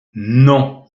non